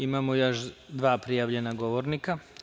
Imamo još dva prijavljena govornika.